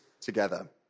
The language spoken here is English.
together